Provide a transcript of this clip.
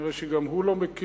נראה שגם הוא לא מכיר.